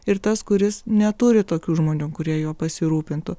ir tas kuris neturi tokių žmonių kurie juo pasirūpintų